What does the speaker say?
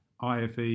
IFE